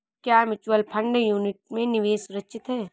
क्या mutual fund unit में निवेश सुरक्षित है?